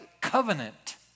covenant